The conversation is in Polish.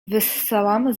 wyssałam